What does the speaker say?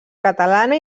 catalana